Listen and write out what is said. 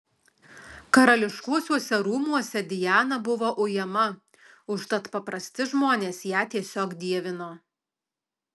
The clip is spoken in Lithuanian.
karališkuosiuose rūmuose diana buvo ujama užtat paprasti žmonės ją tiesiog dievino